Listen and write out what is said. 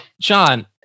john